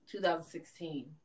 2016